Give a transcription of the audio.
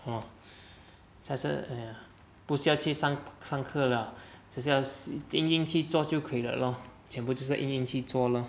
oh 下次 !aiya! 不需要去上课 liao 只是硬硬去做就可以 liao lor 全部就是要硬硬去做 loh